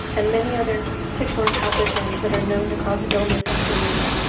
and many other tick-borne pathogens that are known to cause illness in humans.